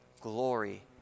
glory